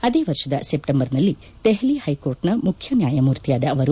ಅದೇ ವರ್ಷದ ಸೆಪ್ಲೆಂಬರ್ನಲ್ಲಿ ದೆಹಲಿ ಹೈಕೋರ್ಟ್ನ ಮುಖ್ಯ ನ್ನಾಯಮೂರ್ತಿಯಾದ ಅವರು